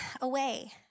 away